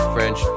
French